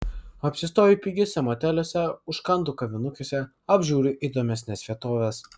apsistoju pigiuose moteliuose užkandu kavinukėse apžiūriu įdomesnes vietoves